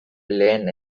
lehen